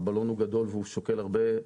הבלון הוא גדול והוא שוקל הרבה.